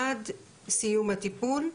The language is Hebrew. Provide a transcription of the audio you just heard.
עד סיום הטיפול,